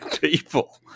people